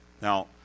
Now